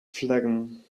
phlegm